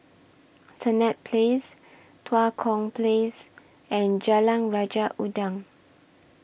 Senett Place Tua Kong Place and Jalan Raja Udang